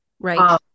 Right